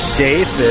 safe